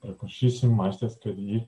ir prašysim aistės kad ji